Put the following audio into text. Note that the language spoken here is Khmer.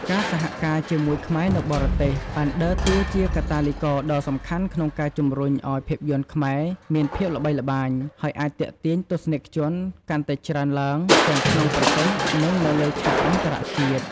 ការសហការជាមួយខ្មែរនៅបរទេសបានដើរតួជាកាតាលីករដ៏សំខាន់ក្នុងការជំរុញឱ្យភាពយន្តខ្មែរមានភាពល្បីល្បាញ ហើយអាចទាក់ទាញទស្សនិកជនកាន់តែច្រើនឡើង ទាំងក្នុងប្រទេស និងនៅលើឆាកអន្តរជាតិ។